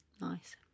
Nice